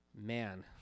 man